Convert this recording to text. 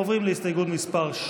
עוברים להצבעה על